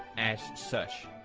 ash such